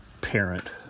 parent